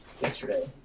yesterday